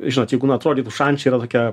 žinot jeigu na atrodytų šančiai yra tokia